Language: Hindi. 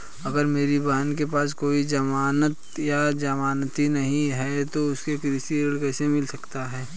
अगर मेरी बहन के पास कोई जमानत या जमानती नहीं है तो उसे कृषि ऋण कैसे मिल सकता है?